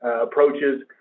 approaches